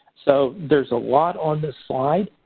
so, there's a lot on this slide,